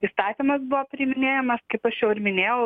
įstatymas buvo priiminėjamas kaip aš jau ir minėjau